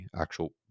actual